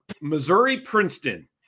Missouri-Princeton